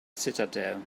citadel